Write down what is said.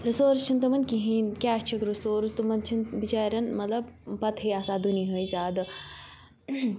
resource چھِنہٕ تِمَن کِہیٖنۍ کیٛاہ چھُکھ رِسورس تِمَن چھِنہٕ بِچارٮ۪ن مطلب پَتہٕے آسان دُنہِچ زیادٕ